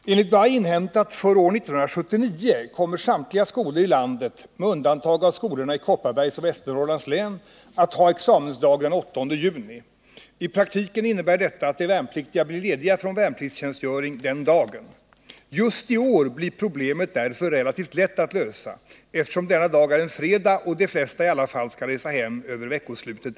Herr talman! Enligt vad jag har inhämtat för år 1979 kommer samtliga skolor i landet — med undantag av skolorna i Kopparbergs och Västernorrlands län — att ha examensdag den 8 juni. I praktiken innebär detta att de värnpliktiga blir lediga från värnpliktstjänstgöring den 8 juni. Just i år blir problemet därför relativt lätt att lösa, eftersom denna dag är en fredag och de flesta i alla fall skall resa hem över veckoslutet.